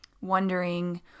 wondering